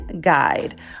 guide